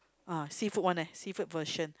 uh seafood one eh seafood version